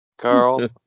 Carl